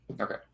Okay